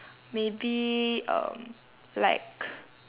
maybe um like